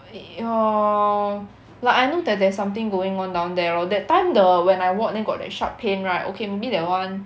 uh like I know that there's something going on down there lor that time the when I walk then got that sharp pain right okay maybe that [one]